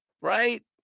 Right